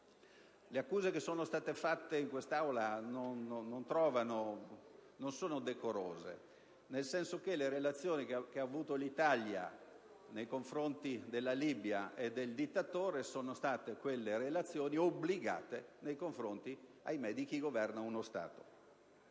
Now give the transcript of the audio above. Le accuse che sono state avanzate in quest'Aula non sono decorose, nel senso che le relazioni che ha intrattenuto l'Italia nei confronti della Libia e del dittatore sono state quelle obbligate nei confronti, ahimè, di chi governa uno Stato.